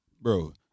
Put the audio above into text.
bro